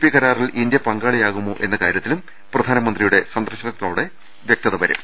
P കരാറിൽ India പങ്കാളിയാകുമോ എന്ന കാര്യത്തിലും പ്രധാനമന്ത്രിയുടെ സന്ദർശനത്തോടെ വൃക്തതവരും